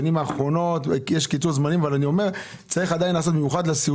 לשנת 2021. נתחיל בהצבעות על הרוויזיות שהוגשו